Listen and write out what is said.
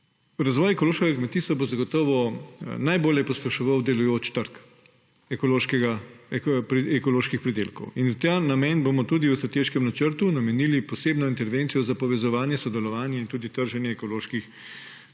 Razvoj ekološkega kmetijstva bo zagotovo najbolje pospeševal delujoč trg ekoloških pridelkov. V ta namen bomo tudi v strateškem načrtu namenili posebno intervencijo za povezovanje, sodelovanje in tudi trženje ekoloških pridelkov